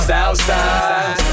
Southside